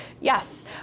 Yes